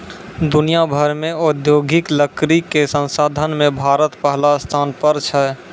दुनिया भर मॅ औद्योगिक लकड़ी कॅ संसाधन मॅ भारत पहलो स्थान पर छै